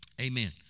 Amen